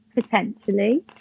Potentially